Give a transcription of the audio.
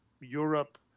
Europe